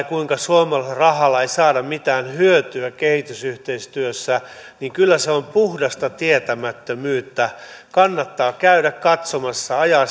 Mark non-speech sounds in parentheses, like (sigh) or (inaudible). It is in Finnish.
(unintelligible) kuinka suomalaisella rahalla ei saada mitään hyötyä kehitysyhteistyössä niin kyllä se on puhdasta tietämättömyyttä kannattaa käydä katsomassa ajaa (unintelligible)